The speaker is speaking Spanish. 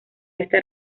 esta